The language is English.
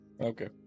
Okay